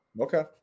Okay